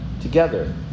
together